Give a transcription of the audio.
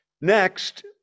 Next